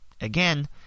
Again